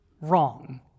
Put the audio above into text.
wrong